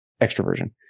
extroversion